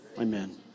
Amen